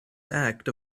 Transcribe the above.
act